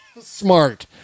Smart